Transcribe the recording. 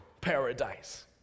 paradise